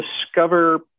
discover